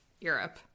Europe